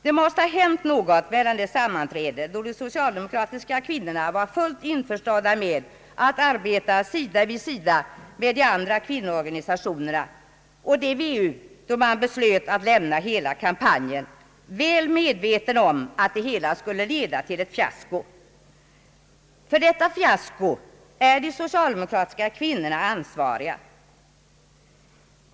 Det måste ha hänt något mellan det sammanträde, då de socialdemokratiska kvinnorna var fullt införstådda med att arbeta sida vid sida med de andra kvinnoorganisationerna, och till det VU sammanträde, då man beslöt att lämna hela kampanjen, väl medveten om att det hela skulle leda till ett fiasko. För detta fiasko är de socialdemokratiska kvinnorna ansvariga.